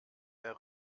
der